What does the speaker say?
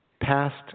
past